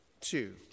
two